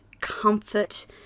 comfort